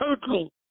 total